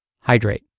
hydrate